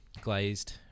glazed